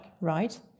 right